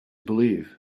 believe